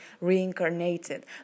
reincarnated